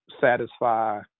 satisfy